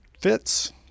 fits